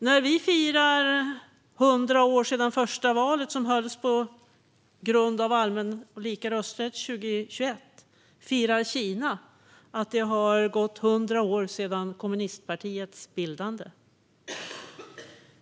När vi 2021 firar att det är 100 år sedan det första valet hölls efter att allmän och lika rösträtt införts firar Kina att det har gått 100 år sedan kommunistpartiet bildades.